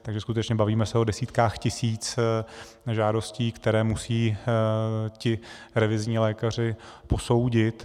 Takže se skutečně bavíme o desítkách tisíc žádostí, které musí revizní lékaři posoudit.